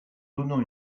donnant